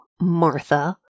Martha